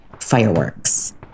Fireworks